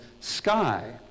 sky